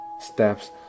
steps